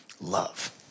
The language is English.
Love